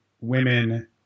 women